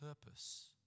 purpose